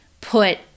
put